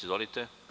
Izvolite.